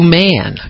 man